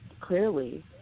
clearly